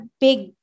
big